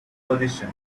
position